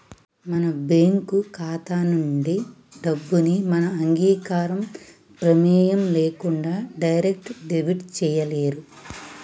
మన బ్యేంకు ఖాతా నుంచి డబ్బుని మన అంగీకారం, ప్రెమేయం లేకుండా డైరెక్ట్ డెబిట్ చేయలేరు